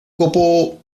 copo